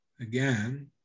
again